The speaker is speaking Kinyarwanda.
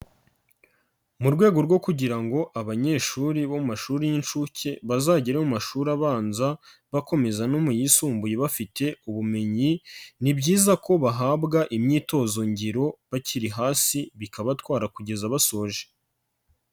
Mu rwego rwo kugira ngo abanyeshuri bo mu mashuri y'inshuke bazagere mu mashuri abanza bakomeza no mu yisumbuye bafite ubumenyi, ni byiza ko bahabwa imyitozo ngiro bakiri hasi bikabatwara kugeza basoje.